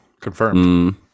confirmed